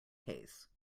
case